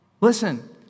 Listen